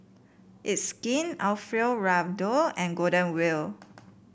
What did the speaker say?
It's Skin Alfio Raldo and Golden Wheel